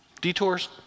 detours